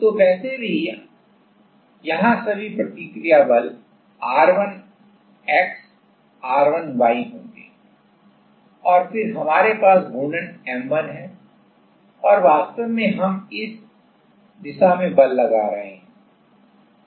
तो वैसे भी यहां सभी प्रतिक्रिया बल R1x R1y होंगे और फिर हमारे पास घूर्णन M1 है और वास्तव में हम इस दिशा में बल लगा रहे हैं